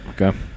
okay